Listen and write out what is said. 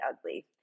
ugly